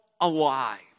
alive